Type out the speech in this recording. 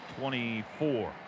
24